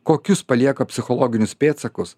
kokius palieka psichologinius pėdsakus